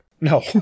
No